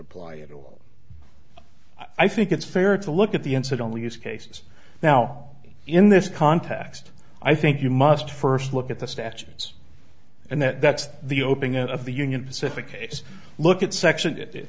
apply at all i think it's fair to look at the instead only use cases now in this context i think you must first look at the statutes and that's the opening of the union pacific case look at section it it